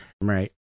Right